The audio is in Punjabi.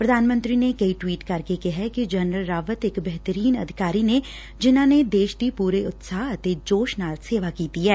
ਪ੍ਰਧਾਨ ਮੰਤਰੀ ਨੇ ਕਈ ਟਵੀਟ ਕਰਕੇ ਕਿਹੈ ਕਿ ਜਨਰਲ ਰਾਵਤ ਇਕ ਬਿਹਤਰੀਨ ਅਧਿਕਾਰੀ ਨੇ ਜਿਨ੍ਹਾਂ ਨੇ ਦੇਸ਼ ਦੀ ਪੁਰੇ ਉਤਸ਼ਾਹੇ ਅਤੇ ਜੋਸ਼ ਨਾਲ ਸੇਵਾ ਕੀਤੀ ਐ